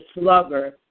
slugger